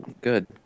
Good